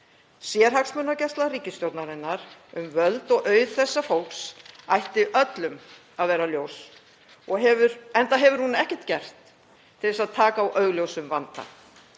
Sérhagsmunagæsla ríkisstjórnarinnar um völd og auð þessa fólks ætti öllum að vera ljós, enda hefur hún ekkert gert til að taka á augljósum vanda.